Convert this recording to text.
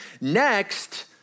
Next